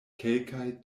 kelkaj